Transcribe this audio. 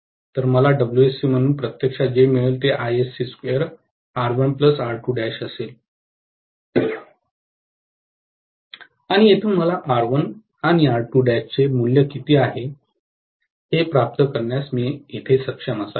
तर मला WSC म्हणून प्रत्यक्षात जे मिळेल ते ISC2R1 R 2 असेल आणि येथून मला R1 आणि R 2 चे मूल्य किती आहे हे प्राप्त करण्यास मी सक्षम असावे